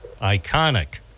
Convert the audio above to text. iconic